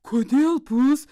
kodėl puls